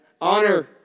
Honor